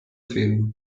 film